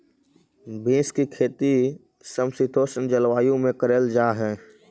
beans की खेती समशीतोष्ण जलवायु में करल जा हई